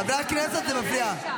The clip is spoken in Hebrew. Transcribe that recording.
חברי הכנסת, זה מפריע.